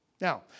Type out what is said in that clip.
Now